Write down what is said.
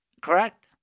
Correct